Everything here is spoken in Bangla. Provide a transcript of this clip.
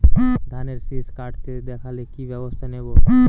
ধানের শিষ কাটতে দেখালে কি ব্যবস্থা নেব?